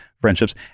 friendships